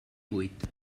vuit